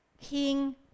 king